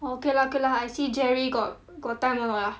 orh okay lah okay lah I see jerry got got time or not ah